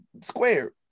square